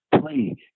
play